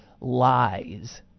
lies